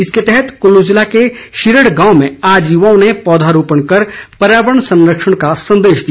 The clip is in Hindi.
इसके तहत कुल्लू जिला के शिरड़ गांव में आज युवाओं ने पौधरोपण कर पर्यावरण संरक्षण का संदेश दिया